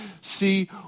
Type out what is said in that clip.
See